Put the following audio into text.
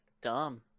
dumb